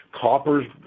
Copper's